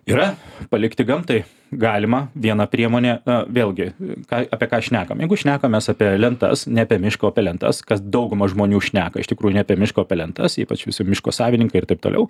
yra palikti gamtai galima viena priemonė vėlgi kai apie ką šnekam jeigu šnekam mes apie lentas ne apie mišką apie lentas kas dauguma žmonių šneka iš tikrųjų ne apie mišką o apie lentas ypač visi miško savininkai ir taip toliau